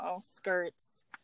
skirts